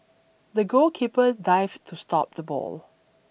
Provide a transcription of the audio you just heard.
the goalkeeper dived to stop the ball